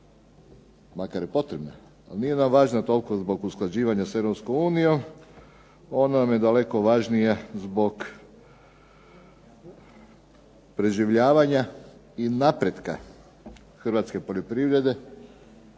makar je potrebna, nije nam toliko važna zbog usklađivanja s Europskom unijom, ona nam je daleko važnija zbog preživljavanja i napretka Hrvatske poljoprivrede